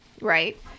right